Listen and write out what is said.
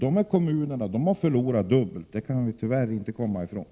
Dessa kommuner har förlorat dubbelt, det kan vi tyvärr inte komma ifrån.